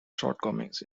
shortcomings